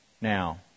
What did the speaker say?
Now